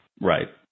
Right